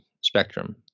spectrum